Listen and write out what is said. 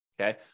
Okay